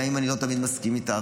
גם אם אני לא תמיד מסכים איתך,